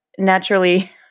Naturally